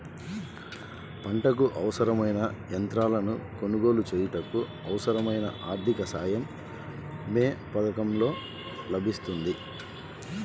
పంటకు అవసరమైన యంత్రాలను కొనగోలు చేయుటకు, అవసరమైన ఆర్థిక సాయం యే పథకంలో లభిస్తుంది?